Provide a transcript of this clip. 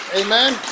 Amen